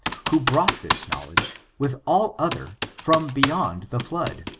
who brought this knowledge, with all other, from beyond the flood.